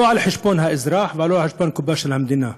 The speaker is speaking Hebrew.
לא על חשבון האזרח, ולא על חשבון הקופה של המדינה.